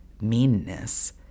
meanness